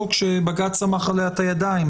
שבג"ץ סמך עליה את הידיים.